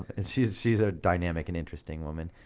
and she's she's a dynamic and interesting woman.